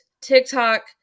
TikTok